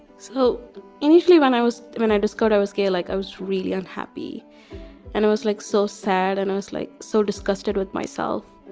so initially when i was when i just got i was gay, like i was really unhappy and i was like, so sad. and i was like, so disgusted with myself.